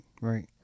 Right